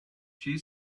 she